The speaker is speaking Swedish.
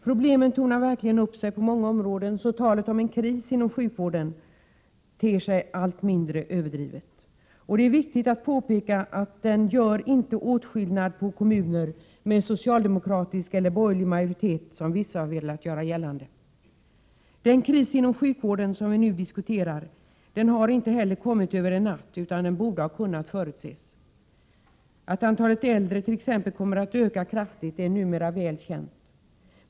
Problemen tornar verkligen upp sig på många områden. Så talet om en kris inom sjukvården ter sig allt mindre överdrivet. Det är viktigt att påpeka att det inte är någon åtskillnad på kommuner med socialdemokratisk eller borgerlig majoritet, som vissa har velat göra gällande. Den kris inom sjukvården som vi nu diskuterar har inte heller kommit över en natt utan borde ha kunnat förutses. Att antalet äldre kommer att öka kraftigt är numera väl känt.